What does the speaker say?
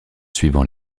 suivant